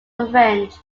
revenge